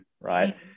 Right